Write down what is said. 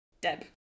Deb